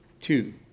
Two